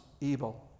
evil